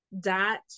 dot